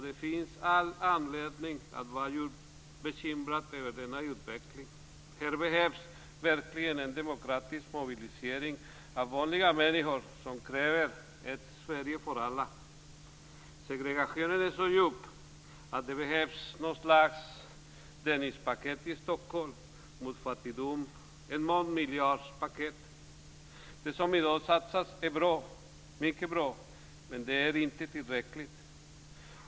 Det finns all anledning att vara bekymrad över denna utveckling. Här behövs verkligen en demokratisk mobilisering av vanliga människor som kräver ett Sverige för alla. Segregationen är så djup att det behövs ett slags Dennispaket mot fattigdom, ett mångmiljardspaket. Det som i dag satsas är mycket bra men otillräckligt.